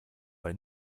bei